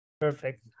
Perfect